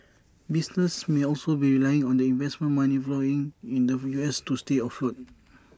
businesses may also be relying on the investment money flowing in the U S to stay afloat